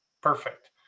Perfect